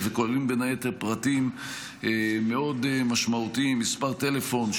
וכוללים בין היתר פרטים מאוד משמעותיים: מספר טלפון,